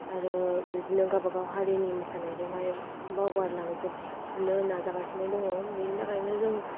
आरो बिदिनो गावबा गाव हारिनि मोसानायखौहाय बावगारलां जोबनो नाजागासिनो दङ बेनि थाखायनो जों